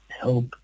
help